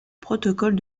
protocole